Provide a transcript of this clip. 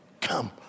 Come